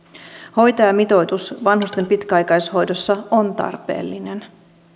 hoitajamitoitus vanhusten pitkäaikaishoidossa on tarpeellinen